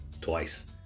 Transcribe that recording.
twice